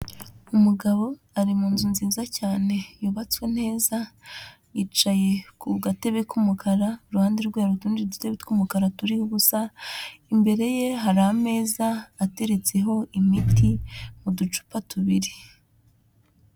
Umugabo ari mu nzu nziza cyane yubatswe neza, yicaye ku gatebe k'umukara, iruhande rwe hari utundi dutebe tw'umukara turiho ubusa, imbere ye hari ameza ateretseho imiti mu ducupa tubiri.